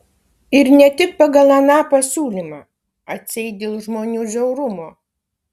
ir ne tik pagal aną pasiūlymą atseit dėl žmonių žiaurumo